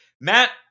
Matt